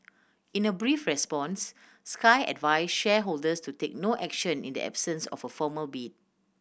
in a brief response sky advised shareholders to take no action in the absence of a formal bid